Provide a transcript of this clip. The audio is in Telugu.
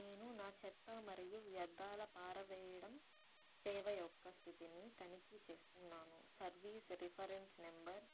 నేను నా చెత్త మరియు వ్యర్థాల పారవేయడం సేవ యొక్క స్థితిని తనిఖీ చేస్తున్నాను సర్వీస్ రిఫరెన్స్ నెంబర్